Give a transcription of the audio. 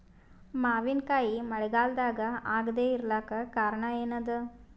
ಮಾವಿನಕಾಯಿ ಮಳಿಗಾಲದಾಗ ಆಗದೆ ಇರಲಾಕ ಕಾರಣ ಏನದ?